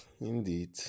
Indeed